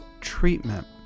treatment